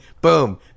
Boom